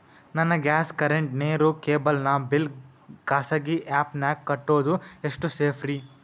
ನನ್ನ gas current, ನೇರು, cable ನ ಬಿಲ್ ಖಾಸಗಿ ಆ್ಯಪ್ ನ್ಯಾಗ್ ಕಟ್ಟೋದು ಎಷ್ಟು ಸೇಫ್ರಿ?